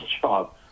job